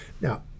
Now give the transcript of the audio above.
Now